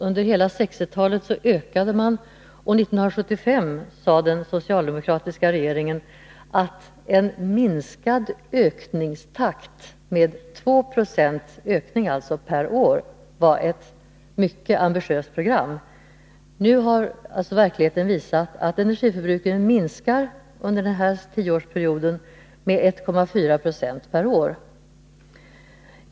Under hela 1960-talet ökade förbrukningen, och 1975 sade den socialdemokratiska regeringen att en minskad ökningstakt med 2 70 per år var ett mycket ambitiöst program. Nu har verkligheten visat att energiförbrukningen minskade under den nämnda tioårsperioden med 1,4 96 per år.